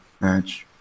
match